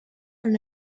and